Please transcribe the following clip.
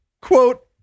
Quote